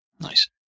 Nice